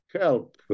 help